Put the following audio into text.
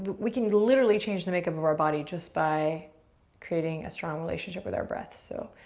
we can literally change the makeup of our body just by creating a strong relationship with our breath. so,